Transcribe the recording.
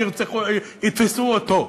אז יתפסו אותו.